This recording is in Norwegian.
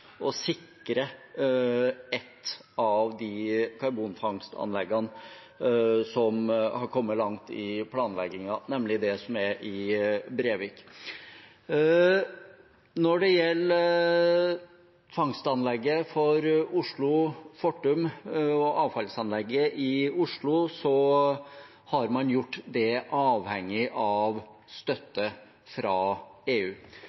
å sikre et av de karbonfangstanleggene som har kommet langt i planleggingen, nemlig det som er i Brevik. Når det gjelder fangstanlegget for Oslo, Fortum, og avfallsanlegget i Oslo, har man gjort det avhengig av støtte fra EU.